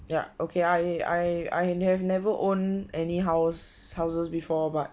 ya okay I I I have never owned any house houses before but